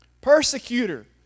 persecutor